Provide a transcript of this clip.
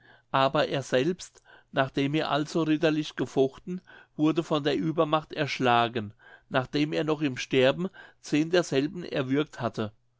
aber er selbst nachdem er also ritterlich gefochten wurde von der uebermacht erschlagen nachdem er noch im sterben zehn derselben erwürgt hatte